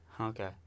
Okay